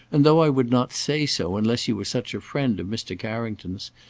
and though i would not say so unless you were such a friend of mr. carrington's,